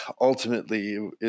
ultimately